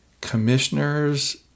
commissioners